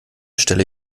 stelle